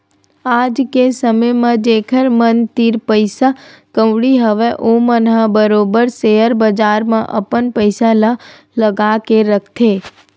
आज के समे म जेखर मन तीर पइसा कउड़ी हवय ओमन ह बरोबर सेयर बजार म अपन पइसा ल लगा के रखथे